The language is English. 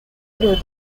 through